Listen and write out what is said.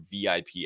vip